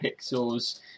pixels